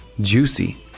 juicy